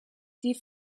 die